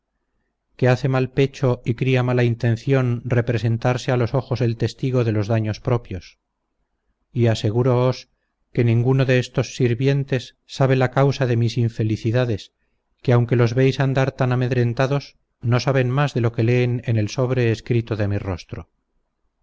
que hace mal pecho y cría mala intención representarse a los ojos el testigo de los daños propios y aseguroos que ninguno de estos sirvientes sabe la causa de mis infelicidades que aunque los veis andar tan amedrentados no saben más de lo que leen en el sobre escrito de mi rostro